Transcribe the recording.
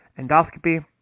endoscopy